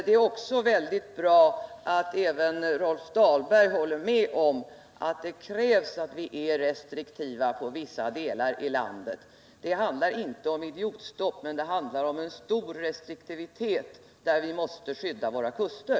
Det är också mycket bra att även Rolf Dahlberg håller med om att det är nödvändigt att vi skall vara restriktiva i vissa delar av landet. Det handlar inte om idiotstopp men om en stor restriktivitet med hänsyn till att vi måste skydda våra kuster.